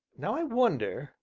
now i wonder,